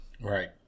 Right